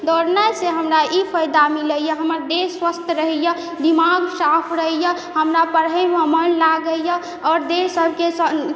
दौड़नाइसँ हमरा ई फायदा मिलइए हमर देह स्वस्थ रहय यऽ दिमाग साफ रहय यऽ हमरा पढ़यमे मन लागइए आओर देह सबके